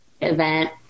event